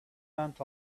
went